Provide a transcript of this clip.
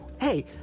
Hey